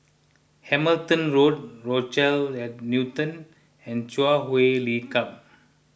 Hamilton Road Rochelle at Newton and Chui Huay Lim Club